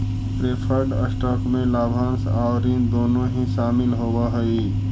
preferred stock में लाभांश आउ ऋण दोनों ही शामिल होवऽ हई